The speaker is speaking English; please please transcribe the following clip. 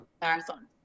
Marathon